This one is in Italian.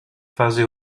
fase